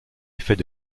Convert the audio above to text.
effets